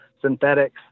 synthetics